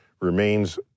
remains